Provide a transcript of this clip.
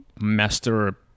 master